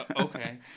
Okay